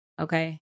Okay